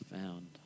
found